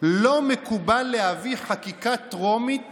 "לא מקובל להביא חקיקה טרומית